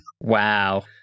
Wow